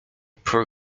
poor